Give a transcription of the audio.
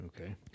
Okay